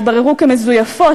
התבררו כמזויפות,